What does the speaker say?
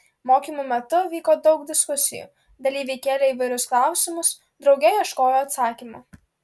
mokymų metu vyko daug diskusijų dalyviai kėlė įvairius klausimus drauge ieškojo atsakymų